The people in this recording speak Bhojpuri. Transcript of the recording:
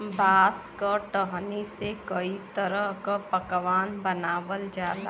बांस क टहनी से कई तरह क पकवान बनावल जाला